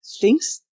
thinks